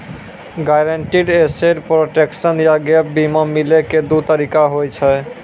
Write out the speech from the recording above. guaranteed asset protection या gap बीमा मिलै के दु तरीका होय छै